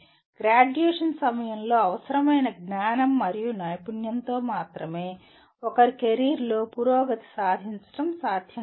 graduation సమయంలో అవసరమైన జ్ఞానం మరియు నైపుణ్యంతో మాత్రమే ఒకరి కెరీర్లో పురోగతి సాధించడం సాధ్యం కాదు